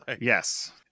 Yes